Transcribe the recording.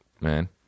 man